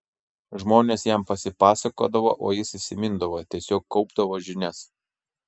žmonės jam pasipasakodavo o jis įsimindavo tiesiog kaupdavo žinias